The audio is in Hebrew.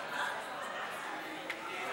לוועדה את הצעת חוק הבחירות לכנסת (תיקון,